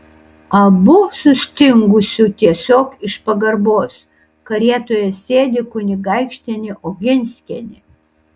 abu sustingusiu tiesiog iš pagarbos karietoje sėdi kunigaikštienė oginskienė